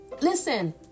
listen